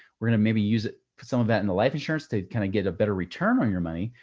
we're going to maybe use it for some of that in the life insurance to kind of get a better return on your money.